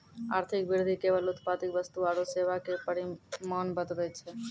आर्थिक वृद्धि केवल उत्पादित वस्तु आरू सेवा के परिमाण बतबै छै